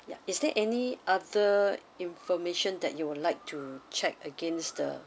yeah is there any other information that you would like to check against the